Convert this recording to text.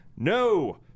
No